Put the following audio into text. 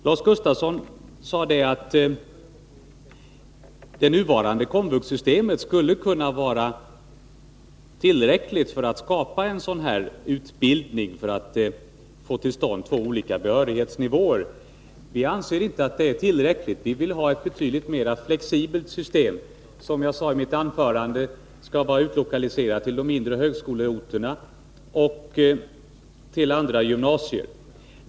Lars Gustafsson sade att det nuvarande KOMVUX-systemet skulle kunna vara tillräckligt för att skapa en sådan utbildning som behövs för att få till stånd två olika behörighetsnivåer. Vi anser inte att det är tillräckligt. Vi vill ha ett betydligt mera flexibelt system, vilket — som jag sade i mitt huvudanförande — skall vara utlokaliserat till de mindre högskoleorterna och till andra gymnasier.